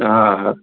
हा हा